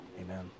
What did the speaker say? Amen